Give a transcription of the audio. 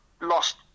lost